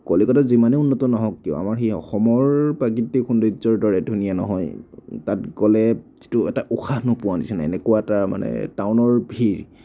কলিকতা যিমানেই উন্নত নহওক কিয় আমাৰ সেই অসমৰ প্ৰাকৃতিক সৌন্দৰ্যৰ দৰে ধুনীয়া নহয় তাত গ'লে যিটো এটা উশাহ নোপোৱাৰ নিচিনা এনেকুৱা এটা মানে টাউনৰ ভিৰ